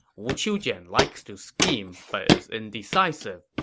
wu qiujiang likes to scheme but is indecisive,